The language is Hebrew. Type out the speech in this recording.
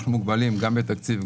אנחנו מוגבלים גם בתקציב,